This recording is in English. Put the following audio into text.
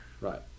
Right